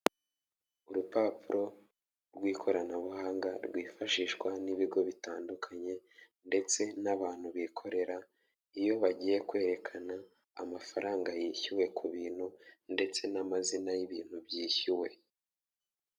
Urupapuro rw'koranabuhanga rwifashishwa n'ibigo bitandukanye, ndetse n'abantu bikorera iyo bagiye kwerekana amafaranga yishyuwe ku bintu ndetse n'amazina y'ibintu byishyuwe.